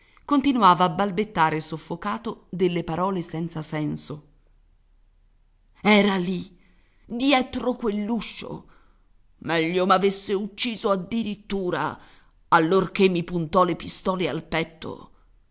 continuava a balbettare soffocato delle parole senza senso era lì dietro quell'uscio meglio m'avesse ucciso addirittura allorché mi puntò le pistole al petto